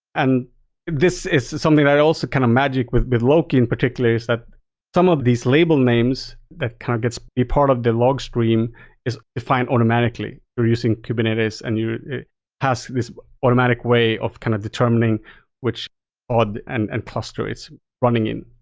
and this is something that also kind of magic with with loki in particular, is that some of these label names that kind of gets be part of the log screen is defined automatically for using kubernetes and has this automatic way of kind of determining which ah pod and and cluster is running in.